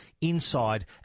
inside